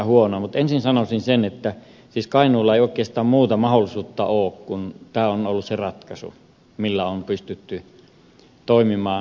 mutta ensin sanoisin sen että siis kainuulla ei oikeastaan muuta mahdollisuutta ole ollut kuin tämä ratkaisu millä on pystytty toimimaan